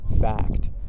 fact